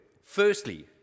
Firstly